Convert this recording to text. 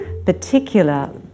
particular